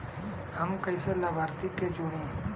हम कइसे लाभार्थी के जोड़ी?